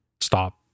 stop